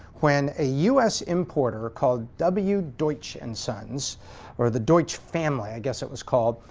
when a u s. importer called w. deutsch and sons or the deutsch family, i guess it was called.